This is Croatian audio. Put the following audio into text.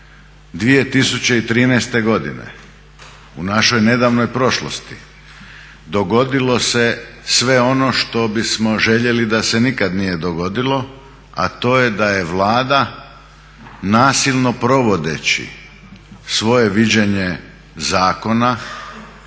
2013. godine u našoj nedavnoj prošlosti dogodilo se sve ono što bismo željeli da se nikad nije dogodilo, a to je da je Vlada nasilno provodeći svoje viđenje zakona